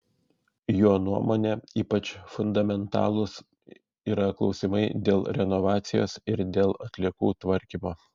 jo nuomone ypač fundamentalūs yra klausimai dėl renovacijos ir dėl atliekų tvarkymo